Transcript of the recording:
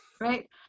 Right